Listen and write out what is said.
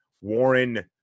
Warren